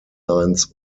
lines